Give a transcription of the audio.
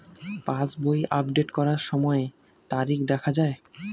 পাসবই update করার সময়ে তারিখ দেখা য়ায়?